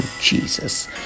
jesus